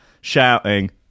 shouting